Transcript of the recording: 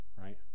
right